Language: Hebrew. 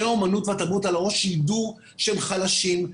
האמנות והתרבות על הראש שיידעו שהם חלשים,